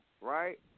Right